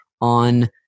on